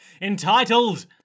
entitled